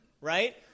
right